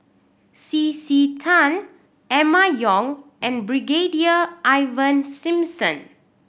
C C Tan Emma Yong and Brigadier Ivan Simson